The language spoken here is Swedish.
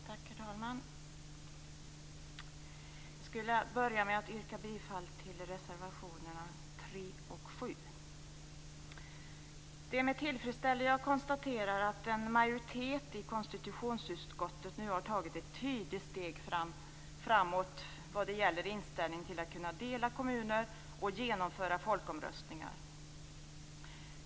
Herr talman! Jag skulle vilja börja med att yrka bifall till reservationerna 3 och 7. Det är med tillfredsställelse som jag konstaterar att en majoritet i konstitutionsutskottet nu har tagit ett tydligt steg framåt vad gäller inställningen till detta med att kunna dela kommuner och genomföra folkomröstningar.